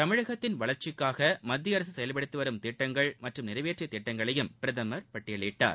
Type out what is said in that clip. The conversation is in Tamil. தமிழகத்தின் வளர்ச்சிக்காக மத்திய அரசு செயல்படுத்தி வரும் திட்டங்கள் மற்றும் நிறைவேற்றிய திட்டங்களையும் பிரதமர் பட்டியலிட்டார்